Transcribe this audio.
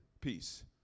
peace